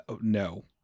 No